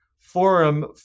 forum